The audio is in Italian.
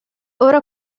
ora